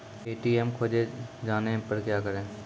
ATM खोजे जाने पर क्या करें?